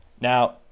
Now